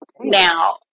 Now